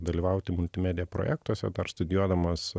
dalyvauti multimedija projektuose dar studijuodamas